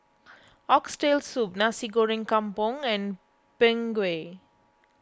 Oxtail Soup Nasi Goreng Kampung and Png Kueh